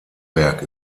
werk